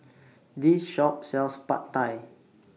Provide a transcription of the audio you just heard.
This Shop sells Pad Thai